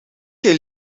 jij